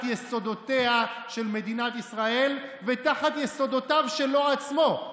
יסודותיה של מדינת ישראל ותחת יסודותיו שלו עצמו,